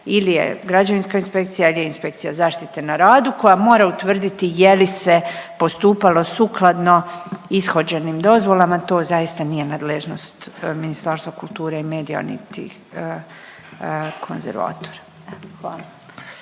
ili je građevinska inspekcija ili je inspekcija zaštite na radu koja mora utvrditi je li se postupalo sukladno ishođenim dozvolama. To zaista nije nadležnost Ministarstva kulture i medija niti konzervatora. Hvala.